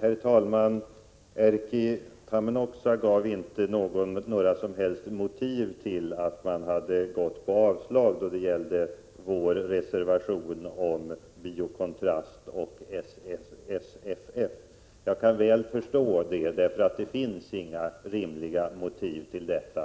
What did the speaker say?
Herr talman! Erkki Tammenoksa gav inte några som helst motiv till att han ville avslå vår reservation om Bio Kontrast och SFF. Jag kan väl förstå det. Det finns nämligen inga rimliga motiv därtill.